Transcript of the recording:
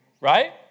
Right